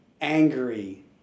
angry